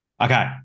Okay